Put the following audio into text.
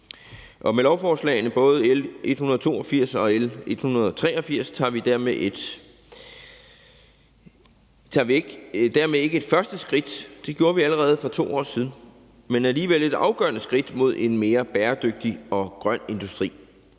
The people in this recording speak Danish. Med lovforslagene, både L 182 og L 183, tager vi dermed ikke et første skridt. Det gjorde vi allerede for 2 år siden. Men vi tager alligevel et afgørende skridt mod en mere bæredygtig og grøn industri.